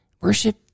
Worship